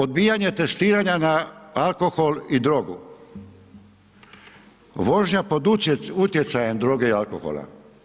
Odbijanje testiranja na alkohol i drogu, vožnja pod utjecajem droge i alkohola.